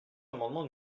l’amendement